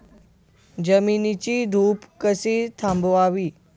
जमिनीची धूप कशी थांबवावी?